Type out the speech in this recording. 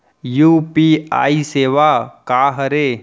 UPI सेवा का हरे?